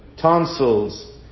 Tonsils